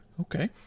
Okay